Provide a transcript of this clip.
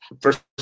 first